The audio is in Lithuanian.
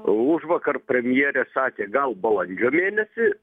užvakar premjerė sakė gal balandžio mėnesį